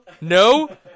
No